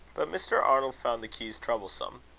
but mr. arnold found the keys troublesome.